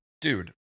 Dude